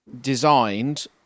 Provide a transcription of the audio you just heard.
designed